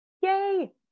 yay